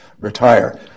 Retire